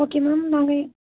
okay ma'am நாங்கள்